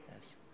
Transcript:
Yes